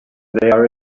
there